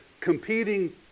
competing